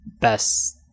best